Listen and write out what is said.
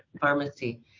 Pharmacy